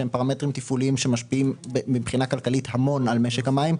שהם פרמטרים תפעוליים שמשפיעים מבחינה כלכלית המון על משק המים,